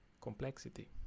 complexity